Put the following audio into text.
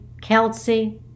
Kelsey